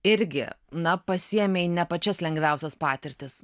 irgi na pasiėmei ne pačias lengviausias patirtis